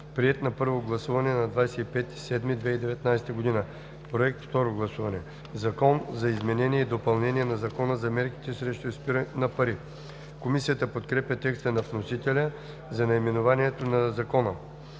приет на първо гласуване на 25 юли 2019 г. – Проект за второ гласуване. „Закон за изменение и допълнение на Закона за мерките срещу изпирането на пари“.“ Комисията подкрепя текста на вносителя за наименованието на Закона.